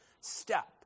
step